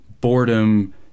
boredom